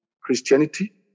Christianity